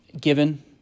given